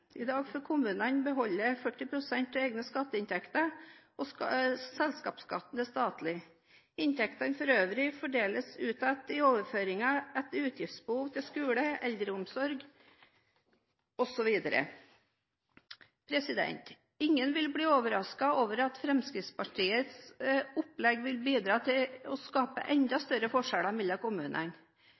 I dag får kommunene beholde 40 pst. av egne skatteinntekter, og selskapsskatten er statlig. Inntektene for øvrig fordeles ut igjen i overføringer etter utgiftsbehov til skole, eldreomsorg osv. Ingen vil bli overrasket over at Fremskrittspartiets opplegg vil bidra til å skape enda større forskjeller mellom kommunene.